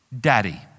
Daddy